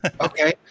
Okay